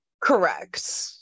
Correct